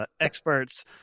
Experts